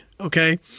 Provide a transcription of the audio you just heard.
okay